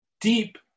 deep